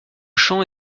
chant